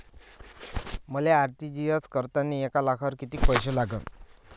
मले आर.टी.जी.एस करतांनी एक लाखावर कितीक पैसे लागन?